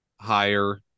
higher